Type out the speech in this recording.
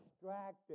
distracted